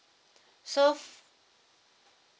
so